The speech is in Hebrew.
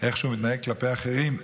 איך הוא מתנהג כלפי האחרים,